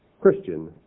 Christian